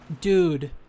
Dude